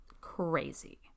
Crazy